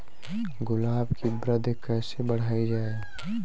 गुलाब की वृद्धि कैसे बढ़ाई जाए?